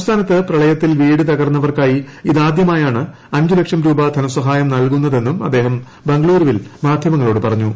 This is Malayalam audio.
സംസ്ഥാനത്ത് പ്രളയത്തിൽ വീട് തകർന്നവർക്കായി ഇതാദ്യമായാണ് അഞ്ച് ലക്ഷം രൂപ ധനസഹായം നൽകുന്നതെന്നും അദ്ദേഹം ബംഗളൂരുവിൽ മാധ്യമങ്ങളോട് പറഞ്ഞു